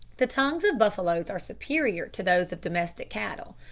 the tongues of buffaloes are superior to those of domestic cattle.